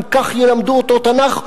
אם כך ילמדו אותו תנ"ך,